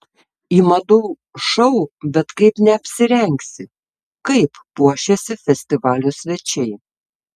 į madų šou bet kaip neapsirengsi kaip puošėsi festivalio svečiai